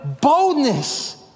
boldness